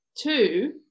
two